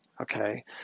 okay